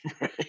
Right